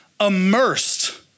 immersed